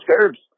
curbs